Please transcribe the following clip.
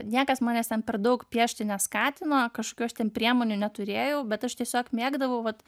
niekas manęs ten per daug piešti neskatino kažkokių aš ten priemonių neturėjau bet aš tiesiog mėgdavau vat